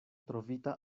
trovita